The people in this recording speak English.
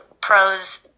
pros